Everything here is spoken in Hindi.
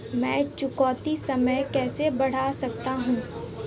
मैं चुकौती समय कैसे बढ़ा सकता हूं?